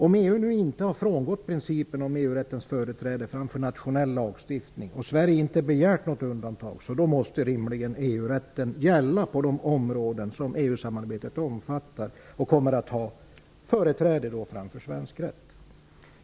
Om EU nu inte har frångått principen om EU rättens företräde framför nationell lagstiftning och Sverige inte begärt något undantag måste EU rätten rimligen gälla på de områden som EU samarbetet omfattar. Den kommer då att ha företräde framför svensk rätt.